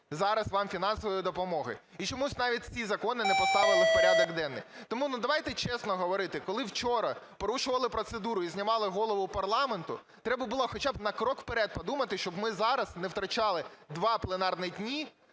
зараз вам фінансової допомоги. І чомусь навіть ці закони не поставили в порядок денний. Тому давайте чесно говорити, коли вчора порушували процедуру і знімали голову парламенту, треба було хоча б на крок вперед подумати, щоб ми зараз не втрачали два пленарних дні,